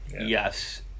Yes